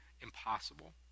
impossible